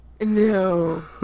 No